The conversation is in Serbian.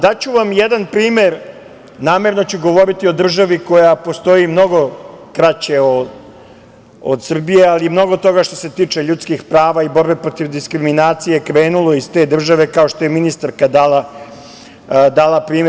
Daću vam jedan primer, namerno ću govoriti o državi koja postoji mnogo kraće od Srbije, ali mnogo toga što se tiče ljudskih prava i borbe protiv diskriminacije je krenulo iz te države, kao što je ministarka dala primer.